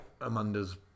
amanda's